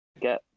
get